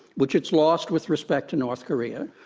which it's lost with respect to north korea,